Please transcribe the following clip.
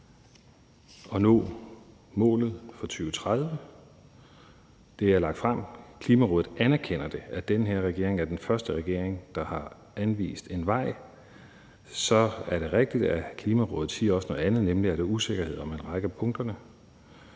og nå målet for 2030. Det er lagt frem. Og Klimarådet anerkender, at den her regering er den første regering, der har anvist en vej. Så er det rigtigt, at Klimarådet også siger noget andet, nemlig at der er usikkerhed om en række af punkterne.